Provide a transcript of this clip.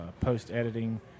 post-editing